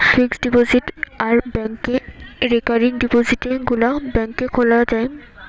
fixed deposit আর ব্যাংকে recurring ডিপোজিটে গুলা ব্যাংকে খোলা যায়